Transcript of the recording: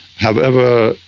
however,